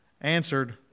answered